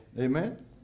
Amen